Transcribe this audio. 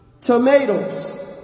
tomatoes